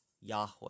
Yahweh